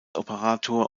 operator